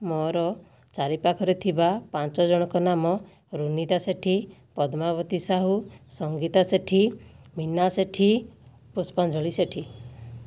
ମୋର ଚାରି ପାଖରେ ଥିବା ପାଞ୍ଚ ଜଣଙ୍କ ନାମ ରୁନିତା ସେଠୀ ପଦ୍ମାବତୀ ସାହୁ ସଙ୍ଗୀତା ସେଠୀ ମିନା ସେଠୀ ପୁଷ୍ପାଞ୍ଜଳି ସେଠୀ